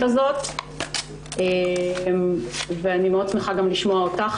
הזאת ואני שמחה מאוד גם לשמוע אותך,